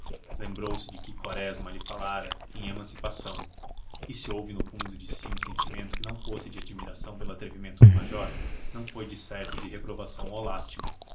lembrou-se de que quaresma lhe falara em emancipação e se houve no fundo de si um sentimento que não fosse de admiração pelo atrevimento do major não foi decerto o de reprovação ou lástima